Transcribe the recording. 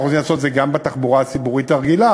אנחנו רוצים לעשות את זה גם בתחבורה הציבורית הרגילה,